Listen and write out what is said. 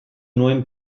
nuen